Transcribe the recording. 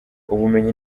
ubumenyi